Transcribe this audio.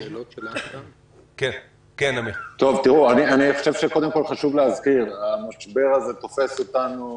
קודם כול חשוב להזכיר, המשבר הזה תופס אותנו